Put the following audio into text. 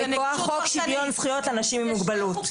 מכוח חוק שוויון זכויות לאנשים עם מוגבלות.